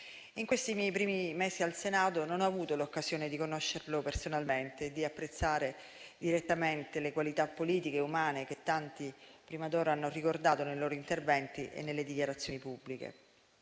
In questi miei primi mesi al Senato non ho avuto l'occasione di conoscerlo personalmente e di apprezzare direttamente le qualità politiche umane che tanti prima d'ora hanno ricordato nei loro interventi e nelle dichiarazioni pubbliche.